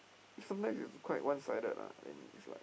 sometimes is quite one-sided lah and it's like